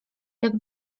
jak